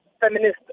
Feminist